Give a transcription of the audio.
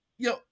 Yo